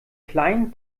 kleinen